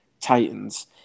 Titans